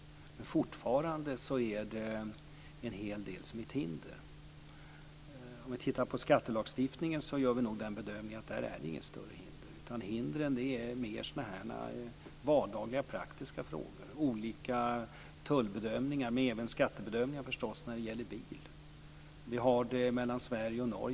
Fortfarande finns det en hel del hinder. Om vi tittar på skattelagstiftningen gör vi nog bedömningen att det där inte är något större hinder. Hindren finns mer i vardagliga praktiska frågor. Det görs olika tullbedömningar, och förstås även skattebedömningar, när det gäller bil. Det gäller mellan Sverige och Norge.